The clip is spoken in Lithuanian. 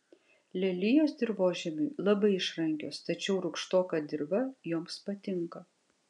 lelijos dirvožemiui labai išrankios tačiau rūgštoka dirva joms patinka